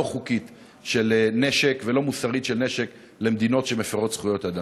חוקית ולא מוסרית של נשק למדינות שמפירות זכויות אדם.